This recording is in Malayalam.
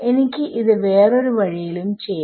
എനിക്ക് ഇത് വേറൊരു വഴിയിലും ചെയ്യാം